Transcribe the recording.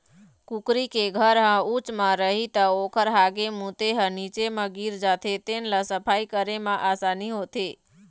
कुकरी के घर ह उच्च म रही त ओखर हागे मूते ह नीचे म गिर जाथे जेन ल सफई करे म असानी होथे